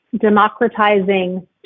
democratizing